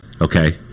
okay